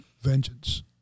vengeance